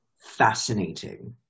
fascinating